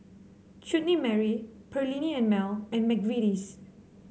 Chutney Mary Perllini and Mel and McVitie's